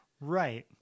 Right